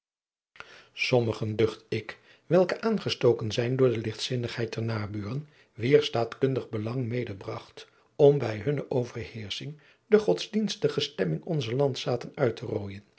sommigen ducht ik welke aangestoken zijn door de ligtzinnigheid der naburen wier staatkundig belang medebragt om bij hunne overheersching de godsdienstige stemming onzer landzaten uit te rooijen